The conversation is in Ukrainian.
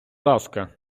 ласка